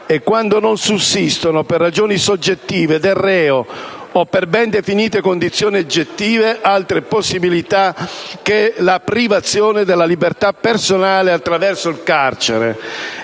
e quando non sussistono, per ragioni soggettive del reo o per ben definite condizioni oggettive, altre possibilità rispetto alla privazione della libertà personale attraverso il carcere.